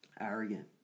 Arrogant